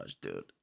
dude